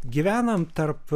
gyvenam tarp